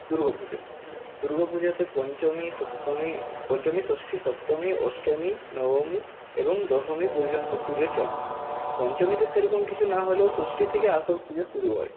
দুর্গাপুজো দুর্গাপুজোতে পঞ্চমী সপ্তমী পঞ্চমী ষষ্ঠী সপ্তমী অষ্টমী নবমী এবং দশমী পর্যন্ত পুজো চলে পঞ্চমীতে সেরকম কিছু না হলেও ষষ্ঠী থেকে আসল পুজো শুরু হয়